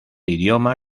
idioma